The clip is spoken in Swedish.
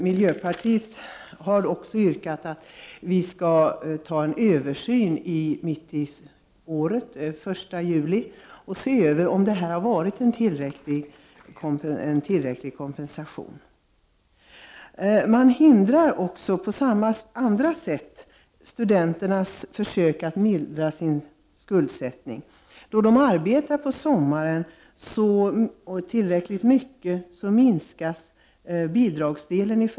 Miljöpartiet har också yrkat att vi den 1 juli skall göra en översyn och se om detta har varit en tillräcklig kompensation. Man hindrar också på andra sätt studenternas försök att mildra sin skuldsättning. Då de arbetar på sommaren minskas i första hand bidragsdelen.